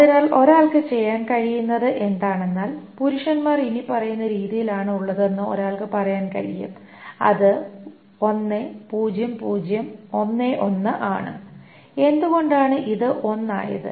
അതിനാൽ ഒരാൾക്ക് ചെയ്യാൻ കഴിയുന്നത് എന്താണെന്നാൽ പുരുഷന്മാർ ഇനിപ്പറയുന്ന രീതിയിൽ ആണ് ഉള്ളതെന്ന് ഒരാൾക്ക് പറയാൻ കഴിയും അത് 10011 ആണ് എന്തുകൊണ്ടാണ് ഇത് ഒന്ന് ആയത്